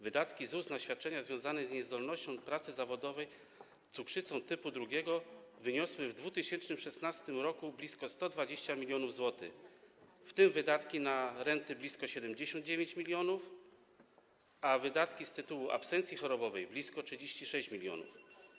Wydatki ZUS na świadczenia związane z niezdolnością do pracy zawodowej osób z cukrzycą typu 2 wyniosły w 2016 r. blisko 120 mln zł, w tym wydatki na renty - blisko 79 mln, a wydatki z tytułu absencji chorobowej - blisko 36 mln.